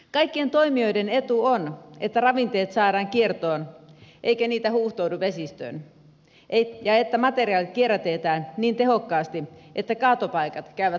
kaikkien toimijoiden etu on että ravinteet saadaan kiertoon eikä niitä huuhtoudu vesistöön ja että materiaalit kierrätetään niin tehokkaasti että kaatopaikat käyvät tarpeettomiksi